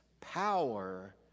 Power